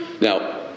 Now